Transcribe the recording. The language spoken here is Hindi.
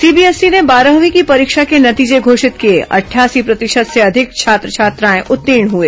सीबीएसई ने बारहवीं की परीक्षा के नतीजे घोषित किए अठासी प्रतिशत से अधिक छात्र छात्राएं उत्तीर्ण हुए